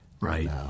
Right